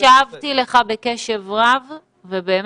אביעד, הקשבתי לך בקשב רב ואני